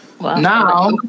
now